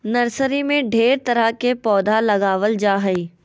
nursery में ढेर तरह के पौधा लगाबल जा हइ